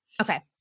Okay